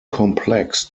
complex